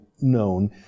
known